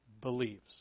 believes